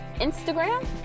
Instagram